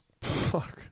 Fuck